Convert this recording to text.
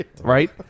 Right